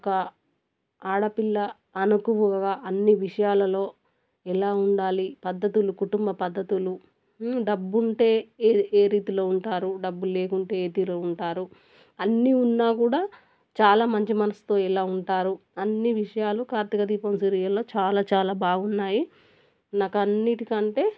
ఒక ఆడపిల్ల అనుకువగా అన్ని విషయాలలో ఎలా ఉండాలి పద్ధతులు కుటుంబ పద్ధతులు డబ్బుంటే ఏ ఏ రీతిలో ఉంటారు డబ్బు లేకుంటే ఏ తీరు ఉంటారు అన్నీ ఉన్నా కూడా చాలా మంచి మనసుతో ఎలా ఉంటారు అన్ని విషయాలు కార్తిక దీపం సీరియల్లో చాలా చాలా బాగున్నాయి నాకు అన్నిటికంటే